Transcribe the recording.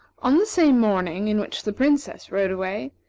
on the same morning in which the princess rode away,